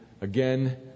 again